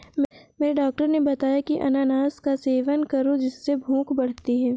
मेरे डॉक्टर ने बताया की अनानास का सेवन करो जिससे भूख बढ़ती है